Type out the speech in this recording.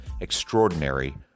extraordinary